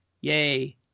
yay